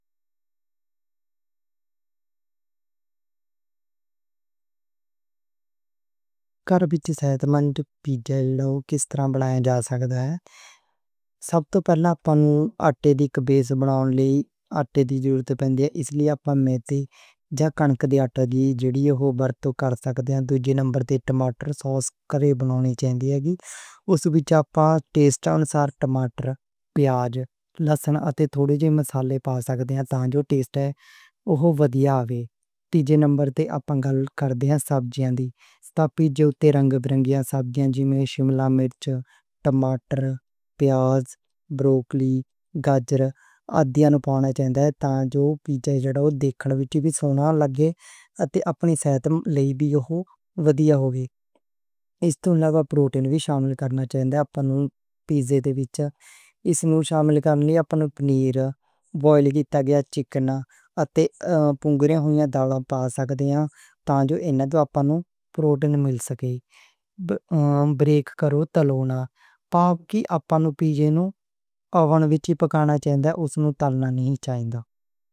گھر وچ صحت مند پیزے نوں کس طرح بنایا جا سکدا اے؟ سب توں پہلا آٹے دی بیس بناؤݨ لئی آٹے دی ضرورت ہوندی اے، اس لئی پہلا میدہ یا کنک دے آٹے دی جیڑی وی برتوں کر سکدے آں۔ دوجے نمبر تے ٹماٹر سوس گھر وچ بناؤݨ چاہیدی اے، اوس وچ ٹیسٹ مطابق چار پنج ٹماٹر، پیاز، لہسن اتے تھوڑے مسالے پاؤ تاں جو ٹیسٹ او بنیا آوے۔ تیجے نمبر تے اپاں گل کردے نیں سبزیاں دے متعلق جیڑیاں رنگ برنگ سبزیاں جیویں شملہ مرچ، ٹماٹر، پیاز، بروکلی، گاجر وغیرہ اپنی پلیٹ چنگا اے تاں جو ویکھݨ وچ وی سوہاوا لگے اتے اپنی صحت نوں وی ودھیا ہووے۔ ایس توں علاوہ پروٹین وی شامل کرنا چنگا جیویں پنیر، بوائلڈ کیتا گیا چکن اتے بھونیاں ہوئیاں یا دالاں وی پا سکدے آں۔ ایناں وچ پروٹین مل سکدی اے۔ پاؤ کری آپاں نوں پیزے نوں اوون وچ پکاݨا ہوندا اے، اوہنوں تلݨے نئیں اے۔